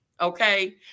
okay